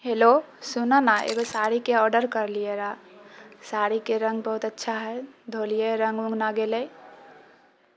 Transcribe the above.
hello सुनऽ ना एगो साड़ीके आर्डर करलियै रहा साड़ीके रङ्ग बहुत अच्छा है धोलियै रङ्ग उङ्ग नहि गेलै